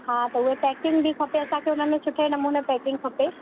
हा त उहे पैकिंग बि खपे असांखे उनमें सुठे नमुने पैकिंग खपे